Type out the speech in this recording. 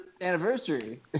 anniversary